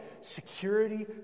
security